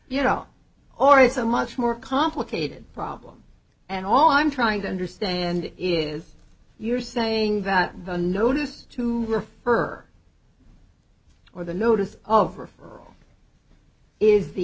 know or it's a much more complicated problem and all i'm trying to understand is you're saying that the notice to her or the notice of her is the